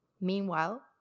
Meanwhile